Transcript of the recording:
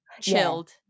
chilled